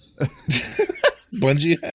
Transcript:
Bungie